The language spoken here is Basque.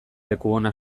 lekuona